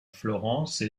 florence